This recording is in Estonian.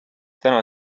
täna